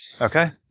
Okay